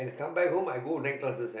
I come back home I go night classes and